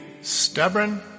stubborn